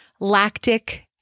lactic